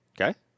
Okay